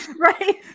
Right